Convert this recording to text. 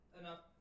enough